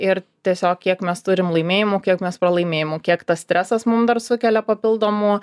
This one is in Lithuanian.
ir tiesiog kiek mes turim laimėjimų kiek mes pralaimėjimų kiek tas stresas mum dar sukelia papildomų